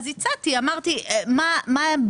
ההצעה הזאת יקרה לנו כי אנחנו חושבים שזה